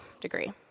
degree